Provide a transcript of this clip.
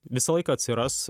visą laiką atsiras